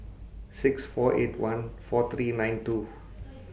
six four eight one four three nine two